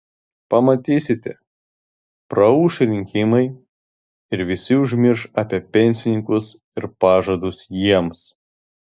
pamatysite praūš rinkimai ir visi užmirš apie pensininkus ir pažadus jiems